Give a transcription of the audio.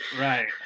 Right